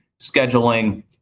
scheduling